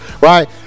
right